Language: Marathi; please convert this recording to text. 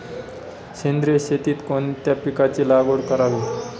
सेंद्रिय शेतीत कोणत्या पिकाची लागवड करावी?